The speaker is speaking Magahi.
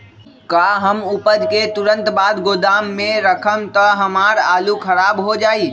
का हम उपज के तुरंत बाद गोदाम में रखम त हमार आलू खराब हो जाइ?